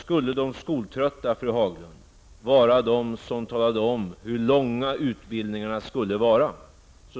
Skulle de skoltrötta, fru Haglund, vara de som talar om hur långa utbildningarna skulle vara,